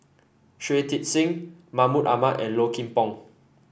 Shui Tit Sing Mahmud Ahmad and Low Kim Pong